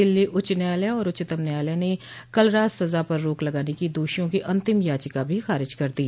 दिल्ली उच्च न्यायालय और उच्चतम न्यायालय ने कल रात सजा पर रोक लगाने की दोषियों की अंतिम याचिका भी खारिज कर दी